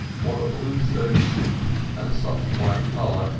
wore a blue serge suit and a soft white collar,